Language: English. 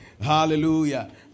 Hallelujah